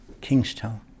Kingstown